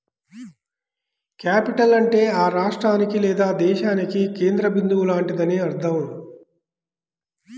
capital అంటే ఆ రాష్ట్రానికి లేదా దేశానికి కేంద్ర బిందువు లాంటిదని అర్థం